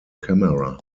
camera